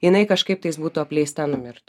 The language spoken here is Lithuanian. jinai kažkaip tais būtų apleista numirtų